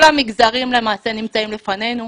כל המגזרים למעשה נמצאים לפנינו,